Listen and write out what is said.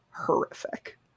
Horrific